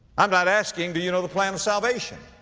i'm not asking do you know the plan of salvation.